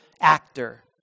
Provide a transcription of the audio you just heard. actor